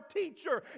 teacher